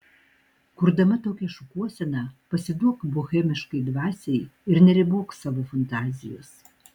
kurdama tokią šukuoseną pasiduok bohemiškai dvasiai ir neribok savo fantazijos